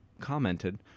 Commented